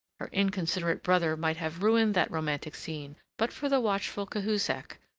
her inconsiderate brother might have ruined that romantic scene but for the watchful cahusac,